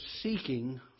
seeking